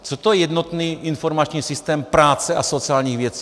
Co to je jednotný informační systém práce a sociálních věcí?